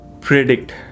predict